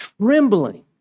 trembling